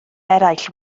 eraill